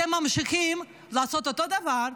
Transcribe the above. אתם ממשיכים לעשות אותו הדבר,